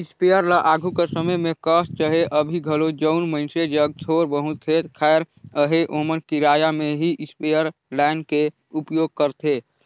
sprayer ल आघु कर समे में कह चहे अभीं घलो जउन मइनसे जग थोर बहुत खेत खाएर अहे ओमन किराया में ही इस्परे लाएन के उपयोग करथे